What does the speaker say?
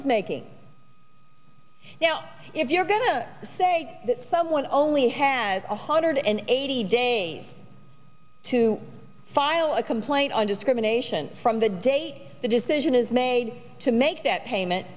is making now if you're going to say that someone only has a hundred and eighty days to file a complaint on discrimination from the date the decision is made to make that payment